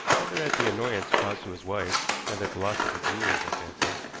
rather at the annoyance caused to his wife than at the loss of the jewels, i fancy.